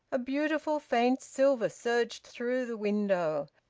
a beautiful faint silver surged through the window.